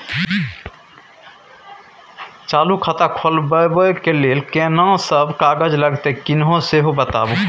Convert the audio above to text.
चालू खाता खोलवैबे के लेल केना सब कागज लगतै किन्ने सेहो बताऊ?